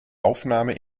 aufnahme